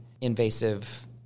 invasive